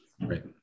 right